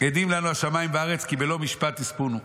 נמות, "עדים לנו השמים והארץ כי בלא משפט תספנו.